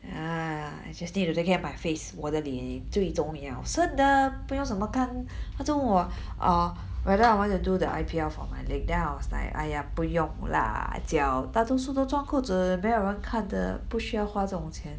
ah it's just need to take care of my face 我的脸最重要 so now 不用什么看她就问我 err whether I wanted to do the I_P_L for my leg then I was like 哎呀不用啦脚大多数都是穿裤子没有人看的不需要花这种钱